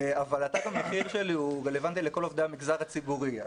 אבל תג המחיר שלי רלוונטי לכל עובדי המגזר הציבורי.